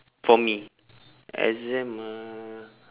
for me exam uh